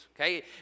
Okay